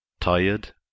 Tired